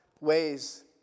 ways